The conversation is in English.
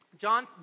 John